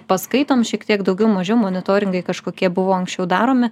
paskaitom šiek tiek daugiau mažiau monitoringai kažkokie buvo anksčiau daromi